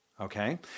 okay